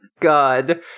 God